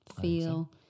feel